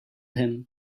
him